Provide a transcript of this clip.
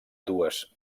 dues